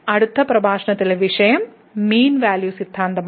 അടുത്ത പ്രഭാഷണത്തിന്റെ വിഷയം മീൻ വാല്യൂ സിദ്ധാന്തമാണ്